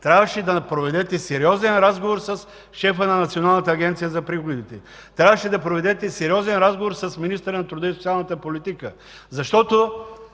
Трябваше да проведете сериозен разговор с шефа на Националната агенция за приходите. Трябваше да проведете сериозен разговор с министъра на труда и социалната политика, защото